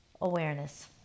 awareness